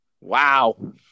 Wow